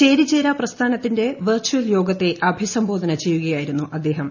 ചേരിചേരാപ്രസ്ഥാനത്തിന്റെ virtual യോഗത്തെ അഭിസംബോധന ചെയ്യുകയായിരുന്നു അദ്ദേഹം